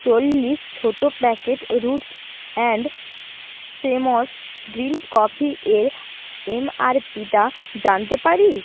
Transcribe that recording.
চল্লিশ ছোটো packet roots and stems green coffee এর এম আর পি টা জানতে পারি